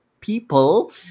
people